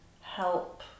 help